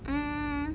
mm